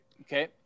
okay